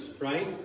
right